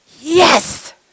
Yes